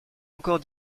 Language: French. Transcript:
encore